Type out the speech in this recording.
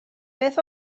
beth